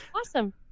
Awesome